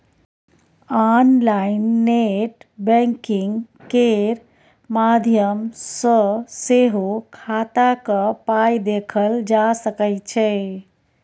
online net banking केर माध्यम सँ सेहो खाताक पाइ देखल जा सकै छै